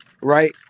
Right